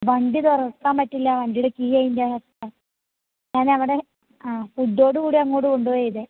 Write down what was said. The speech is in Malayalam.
വണ്ടി തുറക്കാൻ പറ്റില്ല വണ്ടിയുടെ കീ അതിന്റെയകത്താണ് ഞാനവിടെ ആ ഫുഡോടുകൂടി അങ്ങോട്ട് കൊണ്ടുപോകുകയാണ് ചെയ്തത്